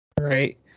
Right